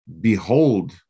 behold